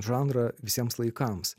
žanrą visiems laikams